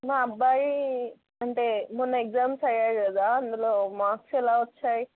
మా అబ్బాయి అంటే మొన్న ఎగ్జామ్స్ అయ్యాయి కదా అందులో మార్క్స్ ఎలా వచ్చాయి